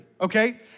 okay